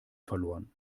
verloren